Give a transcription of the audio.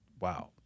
wow